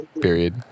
Period